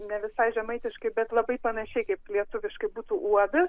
ne visai žemaitiškai bet labai panašiai kaip lietuviškai būtų uodas